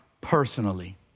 personally